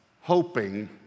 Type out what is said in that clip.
hoping